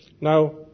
Now